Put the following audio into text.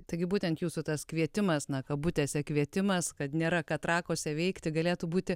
taigi būtent jūsų tas kvietimas na kabutėse kvietimas kad nėra ką trakuose veikti galėtų būti